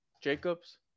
Jacobs